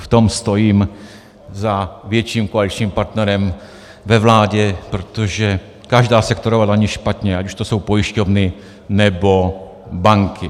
V tom stojím za větším koaličním partnerem ve vládě, protože každá sektorová daň je špatně, ať už to jsou pojišťovny, nebo banky.